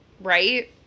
Right